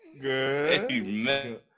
Good